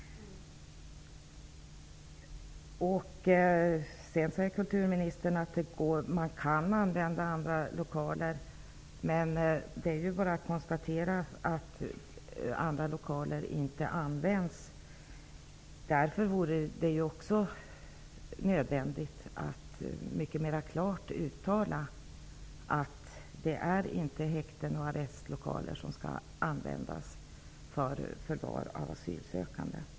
Sedan säger kulturministern att man kan använda andra lokaler, men vi kan ju konstatera att andra lokaler inte används. Därför är det också nödvändigt att mycket mera klart uttala att det inte är häkten och arrestlokaler som skall användas för förvar av asylsökande.